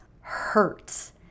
hurts